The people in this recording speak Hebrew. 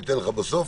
אני אתן לך בסוף.